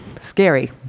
scary